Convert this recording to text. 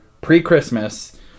pre-christmas